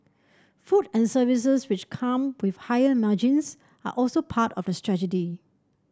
food and services which come with higher margins are also part of the strategy